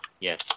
Yes